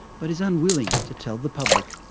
but is unwilling to tell the public.